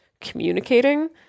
communicating